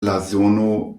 blazono